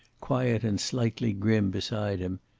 quiet and slightly grim beside him,